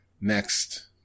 next